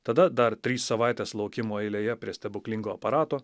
tada dar trys savaitės laukimo eilėje prie stebuklingo aparato